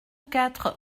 quatre